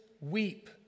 weep